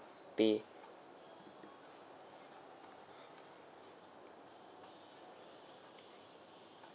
pay